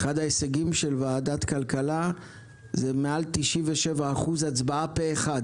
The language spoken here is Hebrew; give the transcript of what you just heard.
אחד ההישגים של ועדת כלכלה זה מעל 97% הצבעה פה אחד